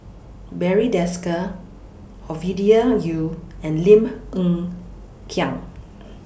Barry Desker Ovidia Yu and Lim Hng Kiang